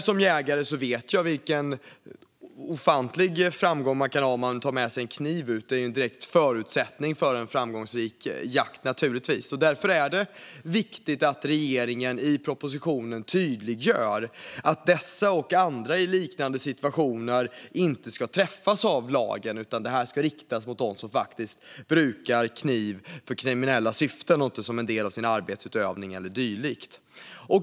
Som jägare vet jag själv vilken ofantlig framgång man kan ha om man tar med sig en kniv ut; det är naturligtvis en direkt förutsättning för en framgångsrik jakt. Det är därför viktigt att regeringens proposition tydliggör att dessa och andra i liknande situationer inte ska träffas av lagen. Detta riktas mot dem som brukar kniv för kriminella syften, inte mot dem som brukar kniv som en del av sin arbetsutövning eller dylikt.